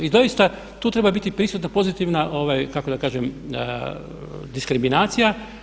I doista tu treba biti prisutna pozitivna kako da kažem diskriminacija.